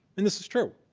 and this is true.